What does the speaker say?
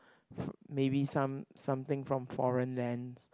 maybe some something from foreign lands